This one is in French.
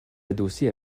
adossée